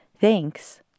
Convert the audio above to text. Thanks